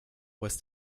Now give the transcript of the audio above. was